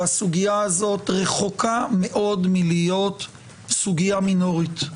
והסוגיה הזאת רחוקה מאוד מלהיות סוגיה מינורית.